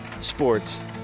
Sports